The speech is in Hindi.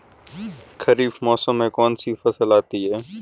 खरीफ मौसम में कौनसी फसल आती हैं?